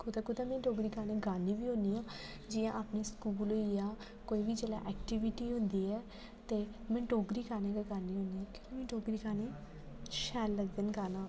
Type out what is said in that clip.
कुदै कुदै में डोगरी गाने गानी बी होनी जि'यां अपने स्कूल होइया कोई बी जोल्लै एक्टीविटी होंदी ऐ ते में डोगरी गाने गै गानी होनी आं मिगी डोगरी गाने गै शैल लगदे न गाना